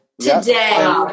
today